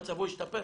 מצבו ישתפר,